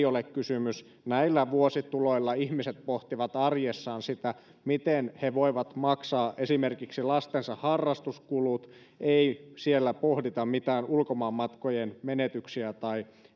ole kysymys näillä vuosituloilla ihmiset pohtivat arjessaan sitä miten he voivat maksaa esimerkiksi lastensa harrastuskulut ei siellä pohdita mitään ulkomaanmatkojen menetyksiä tai